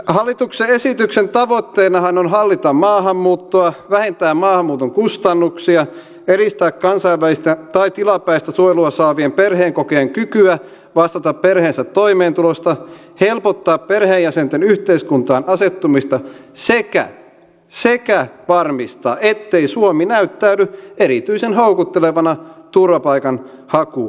hallituksen esityksen tavoitteenahan on hallita maahanmuuttoa vähentää maahanmuuton kustannuksia edistää kansainvälistä tai tilapäistä suojelua saavien perheenkokoajien kykyä vastata perheensä toimeentulosta helpottaa perheenjäsenten yhteiskuntaan asettumista sekä varmistaa ettei suomi näyttäydy erityisen houkuttelevana turvapaikanhakumaana